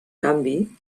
canvi